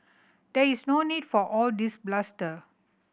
there is no need for all this bluster